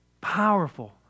Powerful